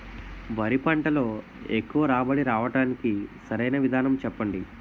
వరి పంటలో ఎక్కువ రాబడి రావటానికి సరైన విధానం చెప్పండి?